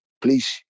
please